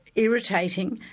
irritating,